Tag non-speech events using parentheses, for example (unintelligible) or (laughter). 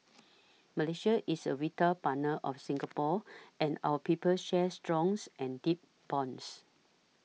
Malaysia is a vital partner of Singapore and our peoples shares strong (unintelligible) and deep bonds